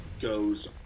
goes